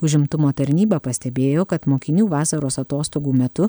užimtumo tarnyba pastebėjo kad mokinių vasaros atostogų metu